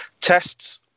tests